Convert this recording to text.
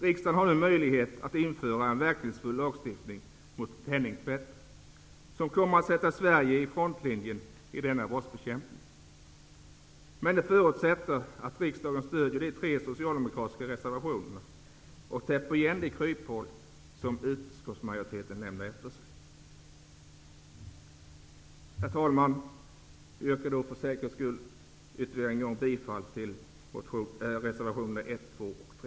Riksdagen har nu möjlighet att införa en verkningsfull lagstiftning mot penningtvätt som kommer att sätta Sverige i frontlinjen i denna brottsbekämpning. Men det förutsätter att riksdagen stöder de tre socialdemokratiska reservationerna och täpper igen de kryphål som utskottsmajoriteten lämnar öppna. Herr talman! Jag yrkar därför, för säkerhets skull, än en gång bifall till de socialdemokratiska reservationerna 1--3.